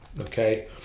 okay